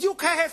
בדיוק ההיפך.